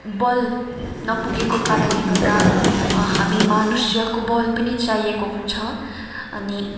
बल नपुगेको कारणले गर्दा हामी मानुष्यको बल पनि चाहिएको हुन्छ अनि